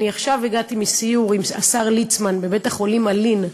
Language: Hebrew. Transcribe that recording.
עכשיו הגעתי מסיור עם השר ליצמן בבית-החולים אלי"ן,